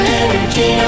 energy